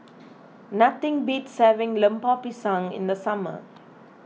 nothing beats having Lemper Pisang in the summer